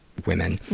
women,